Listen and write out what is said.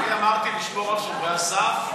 אני אמרתי לשמור על שומרי הסף,